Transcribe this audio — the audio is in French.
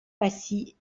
passy